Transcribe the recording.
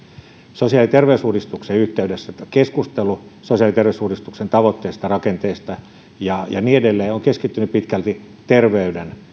sosiaali ja terveysuudistuksen yhteydessä keskustelu sosiaali ja terveysuudistuksen tavoitteista rakenteista ja niin edelleen on keskittynyt pitkälti terveyden